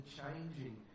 changing